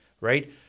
Right